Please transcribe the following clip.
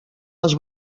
les